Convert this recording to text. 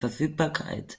verfügbarkeit